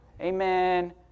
Amen